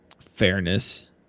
fairness